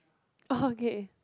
okay